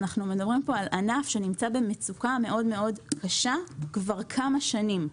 זה ענף שנמצא במצוקה קשה מאוד כבר כמה שנים.